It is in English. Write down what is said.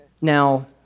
Now